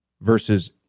versus